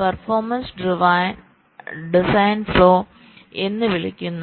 performance driven design flow എന്ന് വിളിക്കുന്നു